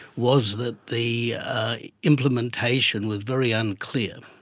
was that the implementation was very unclear.